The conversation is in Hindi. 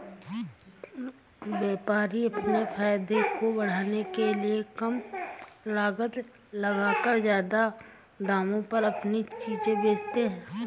व्यापारी अपने फायदे को बढ़ाने के लिए कम लागत लगाकर ज्यादा दामों पर अपनी चीजें बेचते है